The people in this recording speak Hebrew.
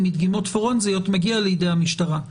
מדגימות פורנזיות מגיע לידי המשטרה,